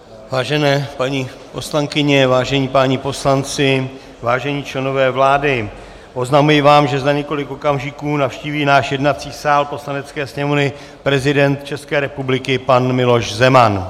Vážené paní poslankyně, vážení páni poslanci, vážení členové vlády, oznamuji vám, že za několik okamžiků navštíví náš jednací sál Poslanecké sněmovny prezident České republiky pan Miloš Zeman.